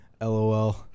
LOL